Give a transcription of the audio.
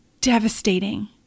devastating